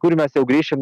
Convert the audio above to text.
kur mes jau grįšim